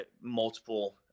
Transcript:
multiple